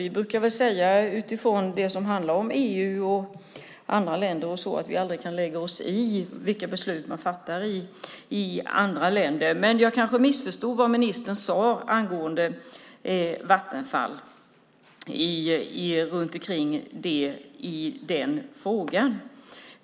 Vi brukar säga att vi aldrig kan lägga oss i vilka beslut man fattar i andra länder i eller utanför EU. Men jag kanske missförstod vad ministern sade angående Vattenfall i den frågan.